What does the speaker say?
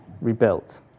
rebuilt